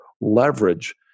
leverage